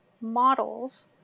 models